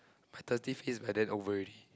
my thirsty phase by then over already